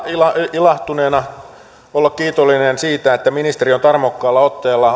ilahtuneena olla kiitollinen siitä että ministeri on tarmokkaalla otteella